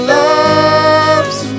loves